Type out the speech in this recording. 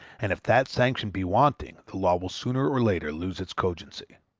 and if that sanction be wanting the law will sooner or later lose its cogency.